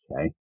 okay